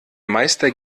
meister